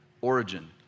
origin